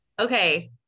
okay